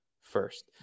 first